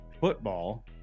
Football